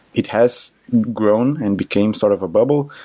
it has grown and became sort of a bubble,